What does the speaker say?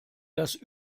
das